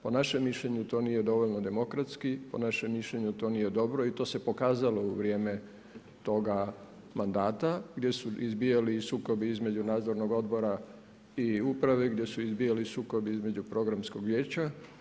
Po našem mišljenju to nije dovoljno demokratski, po našem mišljenju to nije dobro i to se pokazalo u vrijeme toga mandata, gdje su izbijali i sukobi između nadzornog odbora i uprave, gdje su izbijali sukobi između programskog vijeća.